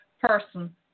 person